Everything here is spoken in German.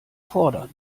fordern